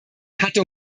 hatte